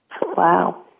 Wow